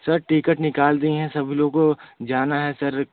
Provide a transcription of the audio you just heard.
sir ticket निकाल दिए हैं सभी लोगों जाना है सर